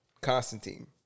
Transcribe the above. constantine